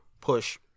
push